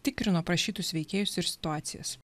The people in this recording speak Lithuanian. tikrinu aprašytus veikėjus ir situacijas